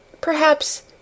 Perhaps